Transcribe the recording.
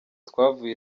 twavuye